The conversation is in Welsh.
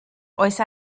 oedd